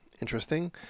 interesting